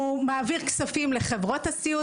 הוא מעביר כספים לחברות הסיעוד